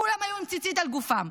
כולם היו עם ציצית על גופם.